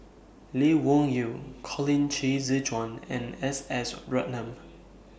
Lee Wung Yew Colin Qi Zhe Quan and S S Ratnam